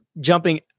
jumping